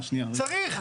צריך.